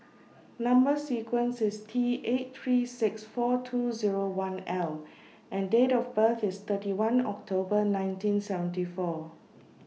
Number sequence IS T eight three six four two Zero one L and Date of birth IS thirty one October nineteen seventy four